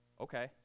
okay